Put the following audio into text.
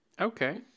Okay